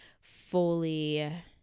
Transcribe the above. fully